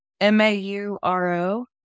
M-A-U-R-O